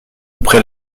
après